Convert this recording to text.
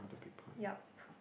yep